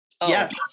yes